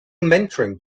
mentoring